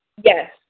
Yes